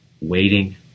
waiting